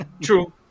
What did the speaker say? True